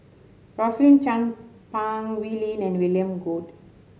Rosaline Chan Pang Wee Lin and William Goode